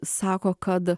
sako kad